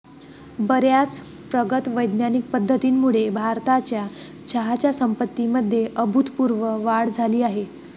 बर्याच प्रगत वैज्ञानिक पद्धतींमुळे भारताच्या चहाच्या संपत्तीमध्ये अभूतपूर्व वाढ झाली आहे